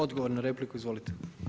Odgovor na repliku, izvolite.